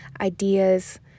ideas